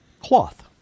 cloth